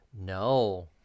No